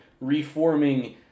reforming